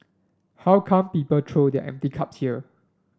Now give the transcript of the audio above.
how come people throw their empty cups here